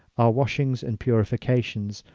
our washings and purifications,